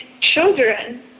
children